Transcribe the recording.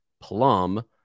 Plum